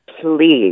Please